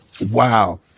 Wow